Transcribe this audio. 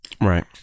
Right